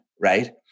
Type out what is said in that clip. right